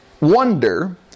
wonder